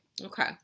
Okay